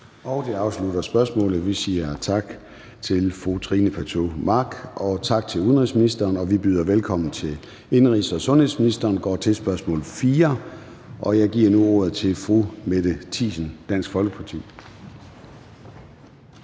Det afslutter spørgsmålet, så vi siger tak til fru Trine Pertou Mach og siger tak til udenrigsministeren. Så byder vi velkommen til indenrigs- og sundhedsministeren og går til spørgsmål nr. 4, og jeg giver nu ordet til fru Mette Thiesen, Dansk Folkeparti.